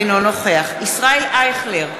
אינו נוכח ישראל אייכלר,